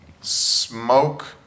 smoke